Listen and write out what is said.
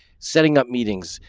setting up meetings,